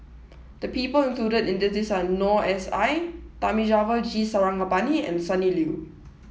the people included in the list are Noor S I Thamizhavel G Sarangapani and Sonny Liew